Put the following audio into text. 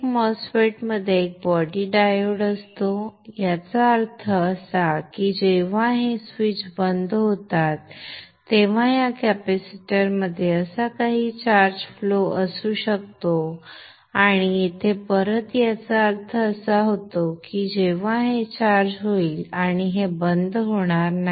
प्रत्येक MOSFET मध्ये एक बॉडी डायोड असतो याचा अर्थ असा की जेव्हा हे स्विच बंद होतात तेव्हा या कॅपेसिटरमध्ये असा काही चार्ज फ्लो असू शकतो आणि येथे परत याचा अर्थ असा होतो की हे चार्ज होईल आणि हे बंद होणार नाही